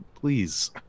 please